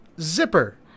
Zipper